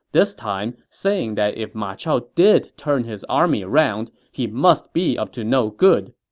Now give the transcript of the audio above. this time saying that if ma chao did turn his army around, he must be up to no good.